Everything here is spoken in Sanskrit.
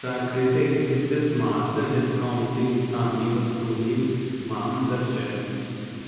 प्राकृतिकम् इत्यस्मात् डिस्कौण्ट् युक्तानि वस्तूनि मां दर्शय